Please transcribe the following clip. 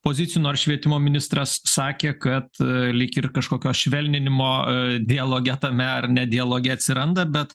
pozicijų nors švietimo ministras sakė kad lyg ir kažkokio švelninimo dialoge tame ar ne dialoge atsiranda bet